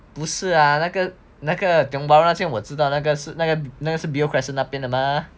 不是 ah 那个那个 tiong bahru 那些我知道那个是那个 beo crescent 那边的 mah